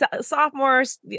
sophomores